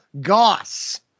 goss